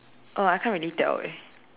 uh I can't really tell eh